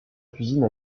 cuisine